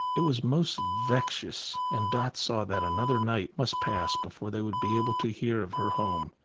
it was most vexatious, and dot saw that another night must pass before they would be able to hear of her home.